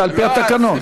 זה על-פי התקנון.